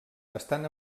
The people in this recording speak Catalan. estan